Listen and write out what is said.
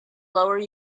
lower